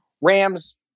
Rams